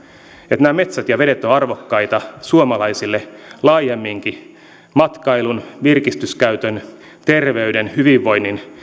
että nämä metsät ja vedet ovat arvokkaita suomalaisille laajemminkin matkailun virkistyskäytön terveyden hyvinvoinnin